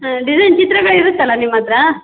ಹಾಂ ಡಿಸೈನ್ ಚಿತ್ರಗಳು ಇರುತ್ತಲ್ಲ ನಿಮ್ಮ ಹತ್ರ